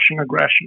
aggression